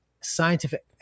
scientific